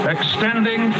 Extending